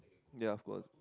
ya of course